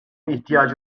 ihtiyacı